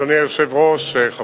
אדוני היושב-ראש, מה